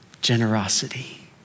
generosity